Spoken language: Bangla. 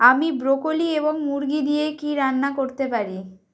আমি ব্রকোলি এবং মুরগি দিয়ে কী রান্না করতে পারি